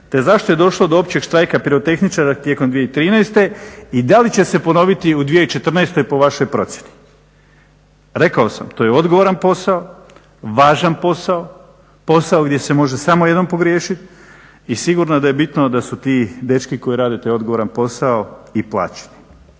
te zašto je došlo do općeg štrajka pirotehničara tijekom 2013.i da li će se ponoviti u 2014.po vašoj procjeni? Rekao sam, to je odgovoran posao, važan posao, posao gdje se može samo jednom pogriješiti i sigurno da je bitno da su ti dečki koji rade taj odgovoran posao i plaćeni.